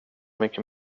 mycket